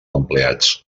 empleats